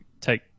take